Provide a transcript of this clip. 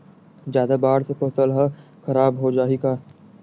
जादा बाढ़ से फसल ह खराब हो जाहि का?